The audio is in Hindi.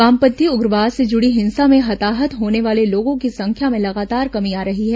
वामपंथी उग्रवाद से जुड़ी हिंसा में हताहत होने वाले लोगों की संख्या में लगातार कमी आ रही है